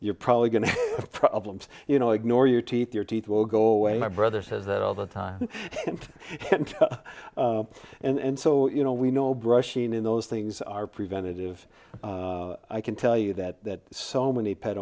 you're probably going to have problems you know ignore your teeth your teeth will go away my brother says that all the time and so you know we know brushing in those things are preventative i can tell you that so many pet